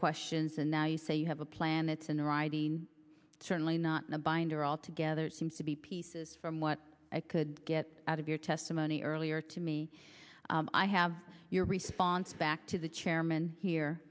questions and now you say you have a plan it's in writing certainly not in a binder all together it seems to be pieces from what i could get out of your testimony earlier to me i have your response back to the chairman here